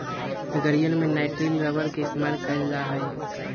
गड़ीयन में nitrile rubber के इस्तेमाल कइल जा हई